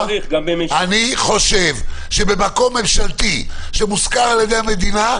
אני חושב שבמקום ממשלתי שמושכר על ידי המדינה,